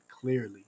clearly